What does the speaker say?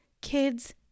Kids